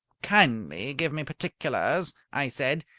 kindly give me particulars i said,